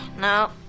No